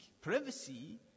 privacy